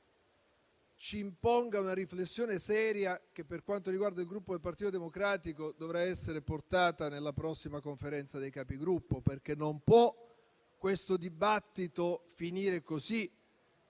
ci impone una riflessione seria che, per quanto riguarda il Gruppo Partito Democratico, dovrà essere portata nella prossima Conferenza dei Capigruppo, perché questo dibattito non può finire così.